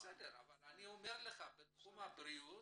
בסדר, אבל בתחום הבריאות,